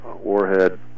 warhead